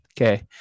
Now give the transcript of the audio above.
Okay